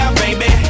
baby